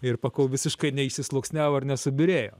ir pakol visiškai neišsisluoksniavo ir nesubyrėjo